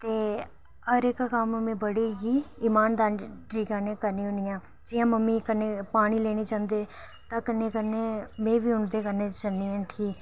ते हर इक कम्म में बड़े ही ईमानदारी कन्नै करनी हुन्नी आं जियां मम्मी कन्नै पानी लेने जंदे ता कन्नै कन्नै में बी उंदे कन्नै जन्नी उठी